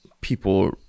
people